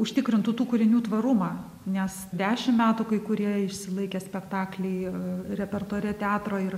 užtikrintų tų kūrinių tvarumą nes dešim metų kai kurie išsilaikę spektakliai repertuare teatro ir